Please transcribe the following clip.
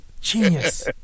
genius